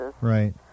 Right